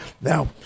Now